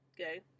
okay